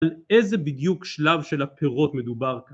על איזה בדיוק שלב של הפירות מדובר